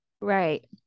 right